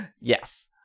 Yes